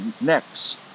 next